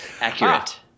accurate